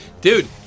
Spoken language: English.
Dude